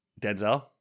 Denzel